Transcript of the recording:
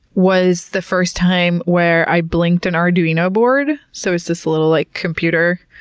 was the first time where i blinked an arduino board. so it's this little like computer,